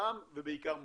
חכם ובעיקר מועיל.